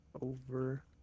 Over